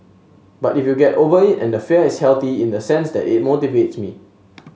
but you get over it and the fear is healthy in the sense that it motivates me